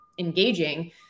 engaging